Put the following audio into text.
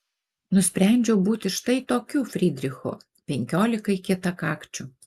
nusprendžiau būti štai tokiu frydrichu penkiolikai kietakakčių